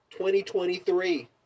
2023